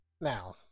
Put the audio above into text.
Now